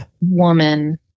woman